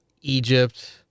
Egypt